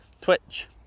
Twitch